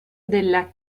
della